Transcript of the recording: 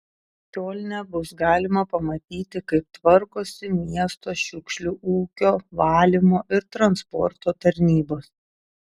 kiolne bus galima pamatyti kaip tvarkosi miesto šiukšlių ūkio valymo ir transporto tarnybos